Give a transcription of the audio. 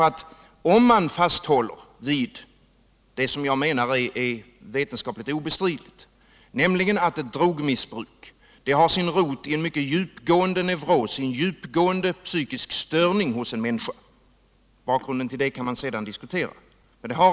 Vi bör fasthålla vid det som jag menar är vetenskapligt obestridligt, nämligen att drogmissbruk har sin rot i en mycket djupgående neuros, en djupgående psykisk störning, hos en människa — bakgrunden till detta kan man sedan diskutera.